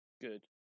Good